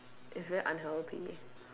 is very unhealthy